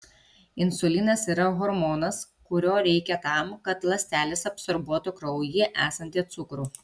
insulinas yra hormonas kurio reikia tam kad ląstelės absorbuotų kraujyje esantį cukrų